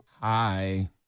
Hi